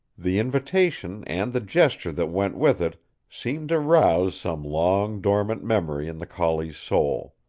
the invitation and the gesture that went with it seemed to rouse some long-dormant memory in the collie's soul.